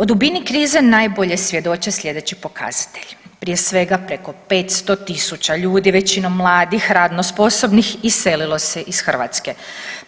O dubini krize najbolje svjedoče sljedeći pokazatelji, prije svega preko 500.000 ljudi, većinom mladih radno sposobnih iselilo se iz Hrvatske,